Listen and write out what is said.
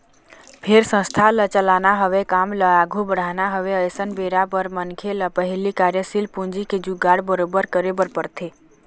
फेर संस्था ल चलाना हवय काम ल आघू बढ़ाना हवय अइसन बेरा बर मनखे ल पहिली कार्यसील पूंजी के जुगाड़ बरोबर करे बर परथे